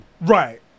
Right